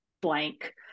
blank